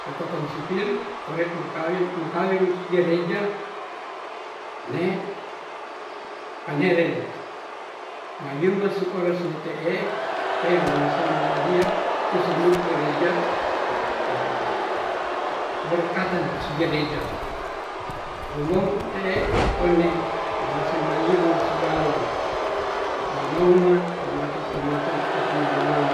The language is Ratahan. catatan sipil ore makaweng gereja nee kameren, mayume suoressu te'e temangesem manadia kusengu gerej berkaten sugereja rumoupu teye one mengese maniru suwalei manaungma tomate tomate topinaungame.